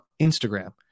Instagram